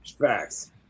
Facts